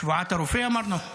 שבועת הרופא אמרנו?